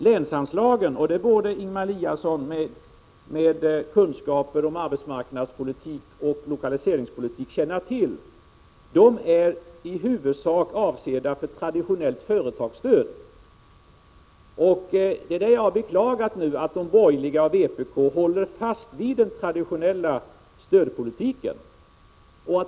Länsanslagen — det borde Ingemar Eliasson med kunskaper om arbetsmarknadspolitiken och lokaliseringspolitiken känna till — är i huvudsak avsedda för traditionellt företagsstöd. Därför beklagar jag att de borgerliga och vpk håller fast vid den traditionella stödpolitiken.